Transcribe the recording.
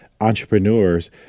entrepreneurs